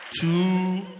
Two